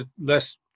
less